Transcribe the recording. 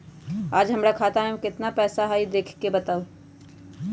आज हमरा खाता में केतना पैसा हई देख के बताउ?